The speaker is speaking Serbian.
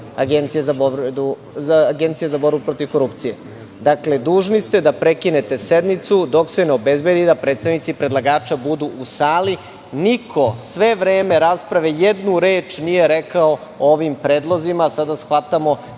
Agencije za borbu protiv korupcije. Dakle, dužni ste da prekinete sednicu dok se ne obezbedi da predstavnici predlagača budu u sali. Niko, sve vreme rasprave, jednu reč nije rekao o ovim predlozima. Ja sam